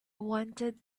wanted